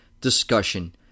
discussion